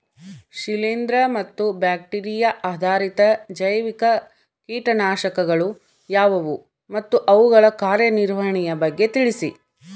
ಶಿಲೇಂದ್ರ ಮತ್ತು ಬ್ಯಾಕ್ಟಿರಿಯಾ ಆಧಾರಿತ ಜೈವಿಕ ಕೇಟನಾಶಕಗಳು ಯಾವುವು ಮತ್ತು ಅವುಗಳ ಕಾರ್ಯನಿರ್ವಹಣೆಯ ಬಗ್ಗೆ ತಿಳಿಸಿ?